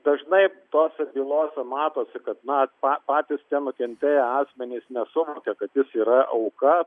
dažnai tose bylose matosi kad na pa patys nukentėję asmenys nesuvokia kad jis yra auka